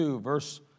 verse